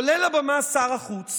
עולה לבמה שר החוץ